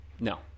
No